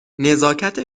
نزاکت